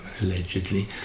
allegedly